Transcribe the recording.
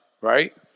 right